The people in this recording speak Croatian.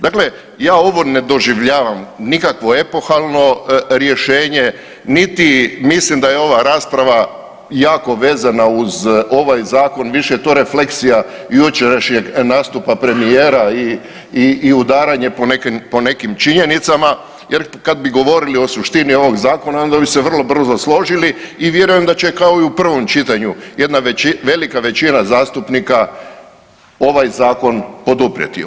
Dakle, ja ovo ne doživljavam nikako epohalno rješenje, niti mislim da je ova rasprava jako vezana uz ovaj zakon, više je to refleksija jučerašnjeg nastupa premijera i, i udaranje po nekim, po nekim činjenicama jer kad bi govorili o suštini ovog zakona onda bi se vrlo brzo složili i vjerujem da će kao i u prvom čitanju jedna velika većina zastupnika ovaj zakon poduprijeti.